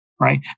right